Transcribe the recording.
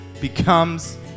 becomes